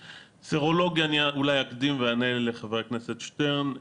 סרולוגיה, אני אולי אקדים ואענה לחבר הכנסת שטרן.